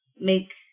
make